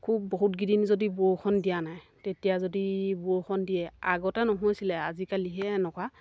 খুব বহুতকেইদিন যদি বৰষুণ দিয়া নাই তেতিয়া যদি বৰষুণ দিয়ে আগতে নহৈছিলে আজিকালিহে এনেকুৱা